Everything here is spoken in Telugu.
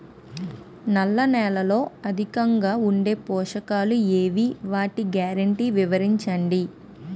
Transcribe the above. నల్ల నేలలో అధికంగా ఉండే పోషకాలు ఏవి? వాటి గ్యారంటీ వివరించండి?